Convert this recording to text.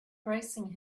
bracing